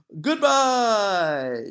goodbye